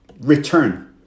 return